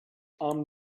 armed